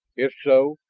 if so,